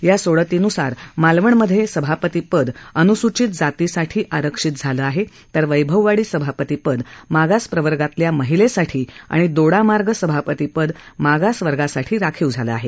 या सोडतीनुसार मालवणमधे सभापतीपद अनुसूचित जातीसाठी आरक्षित झालं आहे तर वैभववाडी सभापती पद मागास प्रवर्गातल्या महिलेसाठी आणि दोडामार्ग सभापती पद मागास वर्गासाठी राखीव झालं आहे